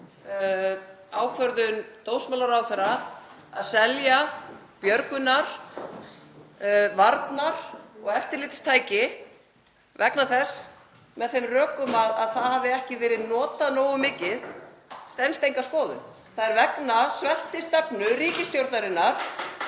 Ákvörðun dómsmálaráðherra að selja björgunar-, varnar- og eftirlitstæki með þeim rökum að það hafi ekki verið notað nógu mikið stenst enga skoðun. Það er vegna sveltistefnu ríkisstjórnarinnar